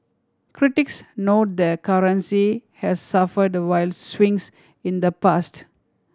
critics note the currency has suffered wild swings in the past